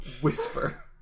whisper